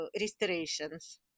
restorations